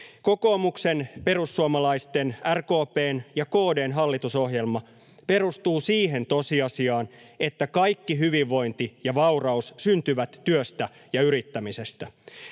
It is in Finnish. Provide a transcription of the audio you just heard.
Kokoomuksen, perussuomalaisten, RKP:n ja KD:n hallitusohjelma perustuu siihen tosiasiaan, että kaikki hyvinvointi ja vauraus syntyvät työstä ja yrittämisestä.